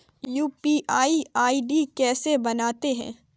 UPI ID कैसे बनाते हैं?